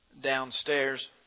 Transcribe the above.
downstairs